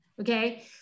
okay